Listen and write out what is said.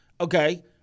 Okay